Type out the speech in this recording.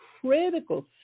critical